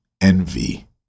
envy